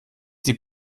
die